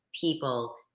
people